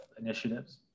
initiatives